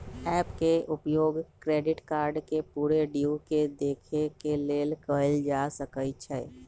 app के उपयोग credit card के पूरे ड्यू के देखे के लेल कएल जा सकइ छै